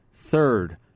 Third